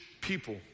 people